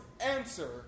answer